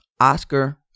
Oscar